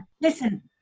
Listen